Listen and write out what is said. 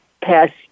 past